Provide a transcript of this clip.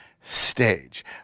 stage